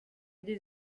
des